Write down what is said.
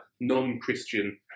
non-christian